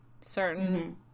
certain